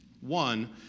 one